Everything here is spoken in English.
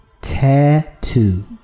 tattoo